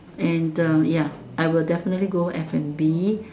and the ya I will definitely go F and B